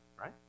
Right